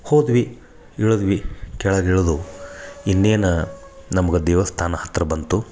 ಹೋದ್ವಿ ಇಳದ್ವಿ ಕೆಳಗೆ ಇಳ್ದು ಇನ್ನೇನು ನಮ್ಗೆ ದೇವಸ್ಥಾನ ಹತ್ತಿರ ಬಂತು